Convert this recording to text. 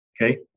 okay